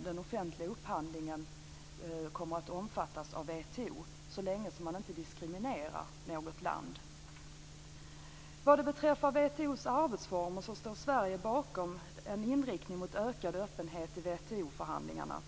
den offentliga upphandlingen kommer att omfattas av WTO, så länge som man inte diskriminerar något land. Vad beträffar WTO:s arbetsformer står Sverige bakom en inriktning mot ökad öppenhet i WTO förhandlingarna.